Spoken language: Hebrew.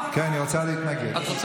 כן, היא רוצה להתנגד, וזו זכותה.